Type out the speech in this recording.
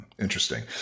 Interesting